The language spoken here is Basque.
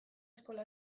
eskola